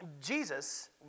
Jesus